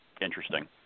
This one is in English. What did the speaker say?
interesting